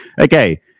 Okay